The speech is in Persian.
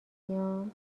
بیام